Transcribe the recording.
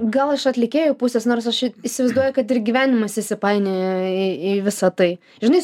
gal iš atlikėjų pusės nors aš įsivaizduoju kad ir gyvenimas įsipainioja į visa tai žinai